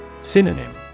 Synonym